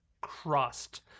crust